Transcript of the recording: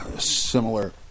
similar